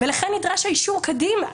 ולכן נדרש האישור קדימה.